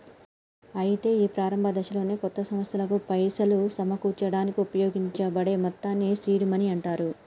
అయితే ఈ ప్రారంభ దశలోనే కొత్త సంస్థలకు పైసలు సమకూర్చడానికి ఉపయోగించబడే మొత్తాన్ని సీడ్ మనీ అంటారు